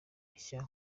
mishya